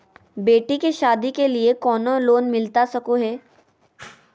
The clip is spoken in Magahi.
बेटी के सादी के लिए कोनो लोन मिलता सको है?